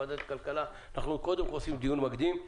בוועדת הכלכלה עושים קודם כול דיון מקדים,